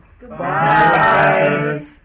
Goodbye